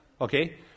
Okay